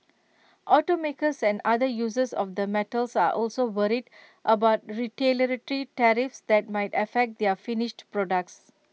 automakers and other users of the metals are also worried about retaliatory tariffs that might affect their finished products